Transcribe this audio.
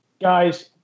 Guys